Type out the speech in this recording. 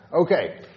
Okay